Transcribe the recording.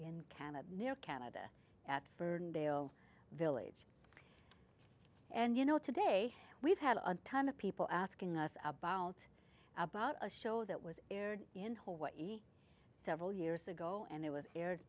in canada near canada at ferndale village and you know today we've had a ton of people asking us about about a show that was aired in hawaii several years ago and it was aired